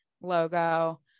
Logo